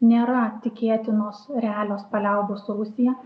nėra tikėtinos realios paliaubos su rusija